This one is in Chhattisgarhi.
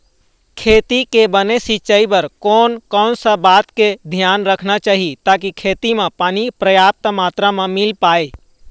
खेती के बने सिचाई बर कोन कौन सा बात के धियान रखना चाही ताकि खेती मा पानी पर्याप्त मात्रा मा मिल पाए?